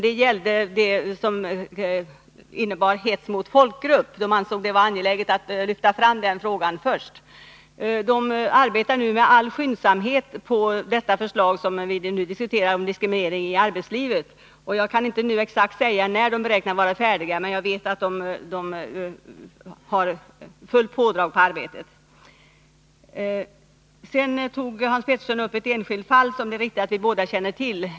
Det gällde hets mot folkgrupp, en fråga som man ansåg att det var angeläget att lyfta fram först. Utredningen arbetar nu med all skyndsamhet med det förslag om diskriminering i arbetslivet som vi nu diskuterar. Jag kan inte nu säga exakt när utredningen beräknar att vara färdig, men jag vet att man har fullt pådrag i arbetet. Hans Pettersson tog upp ett enskilt fall, som vi båda känner till.